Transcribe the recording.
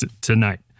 tonight